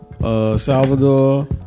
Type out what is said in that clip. Salvador